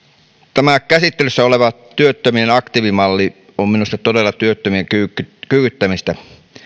tämä käsittelyssä oleva työttömien aktiivimalli on minusta todella työttömien kyykyttämistä